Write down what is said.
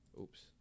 oops